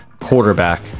quarterback